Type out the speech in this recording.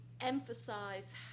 emphasize